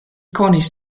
konis